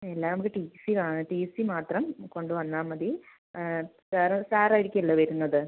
അങ്ങനെ അല്ലാ നമുക്ക് ടി സി ടി സി മാത്രം കൊണ്ട് വന്നാൽ മതി സാർ സാർ ആയിരിക്കുമല്ലോ വരുന്നത്